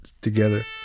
together